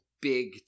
big